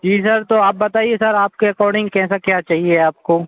जी sir तो आप बताइए सर आपके अकॉर्डिंग कैसा क्या चाहिए आपको